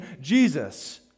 Jesus